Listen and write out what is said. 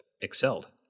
excelled